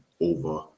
over